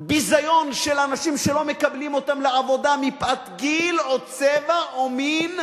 ביזיון של אנשים שלא מקבלים אותם לעבודה מפאת גיל או צבע או מין,